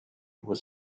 was